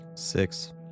Six